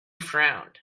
frowned